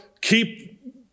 keep